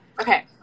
Okay